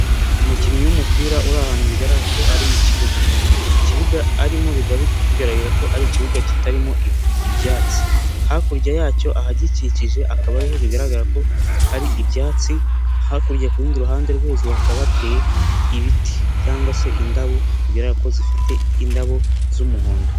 Umukinnyi w'umupira uri ahantu bigaragara ko ari mu kibuga, icyo kibuga arimo bikaba bigaragara ko ari ikibuga kitarimo ibyatsi, hakurya yacyo ahagikikije akaba ari ho bigaragara ko hari ibyatsi, hakurya ku rundi ruhande rwo hejuru hakabateye ibiti cyangwa se indabo, bigaragara ko zifite indabo z'umuhondo.